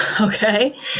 okay